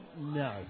No